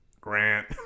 Grant